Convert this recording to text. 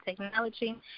technology